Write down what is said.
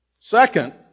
Second